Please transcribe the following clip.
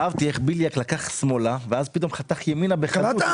אהבתי איך בליאק לקח שמאלה ואז פתאום חתך ימינה בחדות.